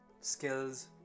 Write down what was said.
skills